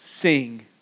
Sing